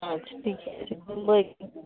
अच्छे ठीक छै घुमबयके लेल